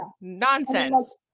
nonsense